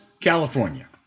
California